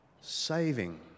saving